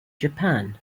japan